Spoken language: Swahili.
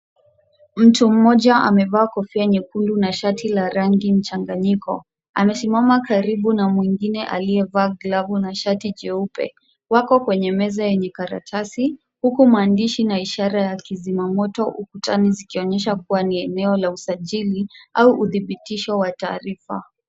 Mtu mmoja amevaa kofia nyekundu na shati ya rangi mchanganyiko. Amesimama karibu na mwingine aliyevaa glavu na shati jeupe. Wako kwenye meza yenye karatasi, huku maandishi na ishara ya kizima moto ukutani zikionyesha kuwa ni eneo la usajili au udhibitisho wa taarifa.